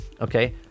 okay